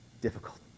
difficult